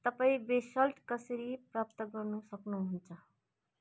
तपाईँ बेसल्ट कसरी प्राप्त गर्नु सक्नुहुन्छ